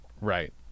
Right